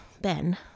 Ben